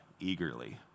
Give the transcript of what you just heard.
eagerly